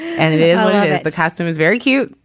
and it is this has to is very cute.